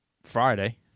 Friday